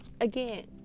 Again